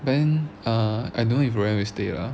then uh I don't know if roanne will stay lah